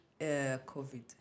COVID